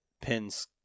pins